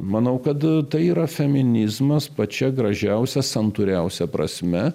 manau kad tai yra feminizmas pačia gražiausia santūriausia prasme